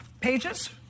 pages